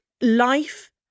Life